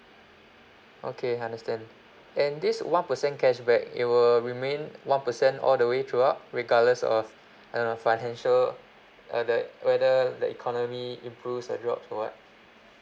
okay understand then this one percent cashback it will remain one percent all the way throughout regardless of I don't know financial uh the whether the economy improves or drops or [what]